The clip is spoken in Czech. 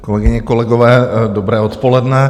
Kolegyně, kolegové, dobré odpoledne.